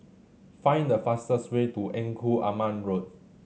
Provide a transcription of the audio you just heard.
find the fastest way to Engku Aman Road